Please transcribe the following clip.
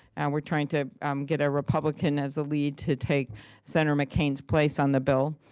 and we're trying to get a republican as a lead to take senator mccain's place on the bill.